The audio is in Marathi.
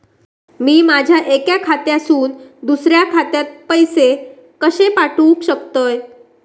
मी माझ्या एक्या खात्यासून दुसऱ्या खात्यात पैसे कशे पाठउक शकतय?